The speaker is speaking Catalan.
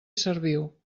serviu